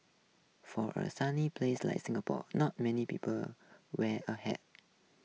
for a sunny place like Singapore not many people wear a hat